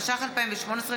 התשע"ח 2018,